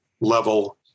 level